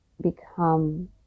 become